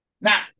Now